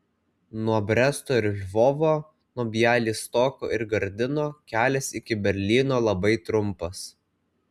nuo bresto ir lvovo nuo bialystoko ir gardino kelias iki berlyno labai trumpas